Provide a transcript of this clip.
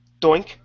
Doink